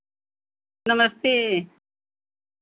नमस्ते